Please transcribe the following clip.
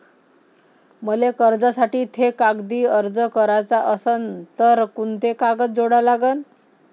मले कर्जासाठी थे कागदी अर्ज कराचा असन तर कुंते कागद जोडा लागन?